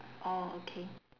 orh okay